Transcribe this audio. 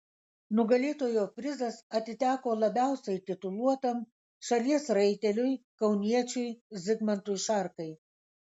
nugalėtojo prizas atiteko labiausiai tituluotam šalies raiteliui kauniečiui zigmantui šarkai